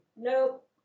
Nope